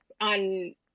on